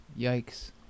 Yikes